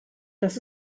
das